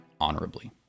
honorably